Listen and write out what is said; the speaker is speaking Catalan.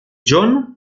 john